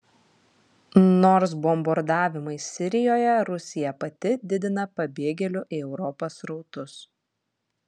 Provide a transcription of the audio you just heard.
nors bombardavimais sirijoje rusija pati didina pabėgėlių į europą srautus